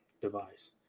device